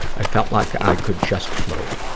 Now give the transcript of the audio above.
i felt like i could just float.